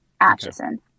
Atchison